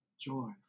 joy